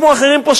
כמו אחרים פה,